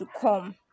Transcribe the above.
come